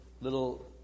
little